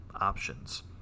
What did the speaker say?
options